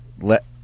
let